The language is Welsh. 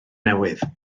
newydd